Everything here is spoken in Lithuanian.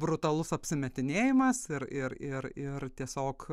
brutalus apsimetinėjimas ir ir ir ir tiesiog